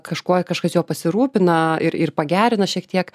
kažkuo kažkas juo pasirūpina ir pagerina šiek tiek